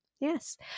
Yes